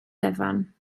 gyfan